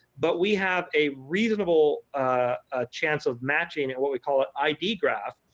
but we have a reasonable chance of matching in what we call an id graph.